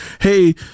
Hey